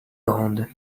grandes